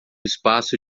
espaço